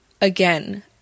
Again